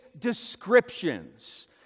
descriptions